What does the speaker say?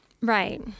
right